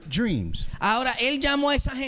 dreams